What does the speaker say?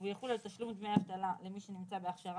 והוא יחול על תשלום דמי אבטלה למי שנמצא בהכשרה